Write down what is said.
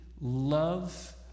love